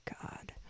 God